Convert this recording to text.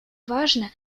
важно